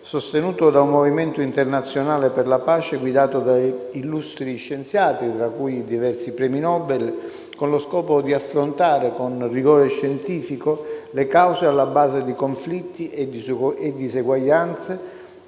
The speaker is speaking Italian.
sostenuto da un movimento internazionale per la pace guidato da illustri scienziati, tra cui diversi premi Nobel, con lo scopo di affrontare con rigore scientifico le cause alla base di conflitti e disuguaglianze,